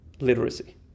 literacy